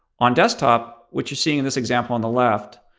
on desktop, which you see in this example on the left,